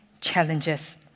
challenges